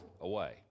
away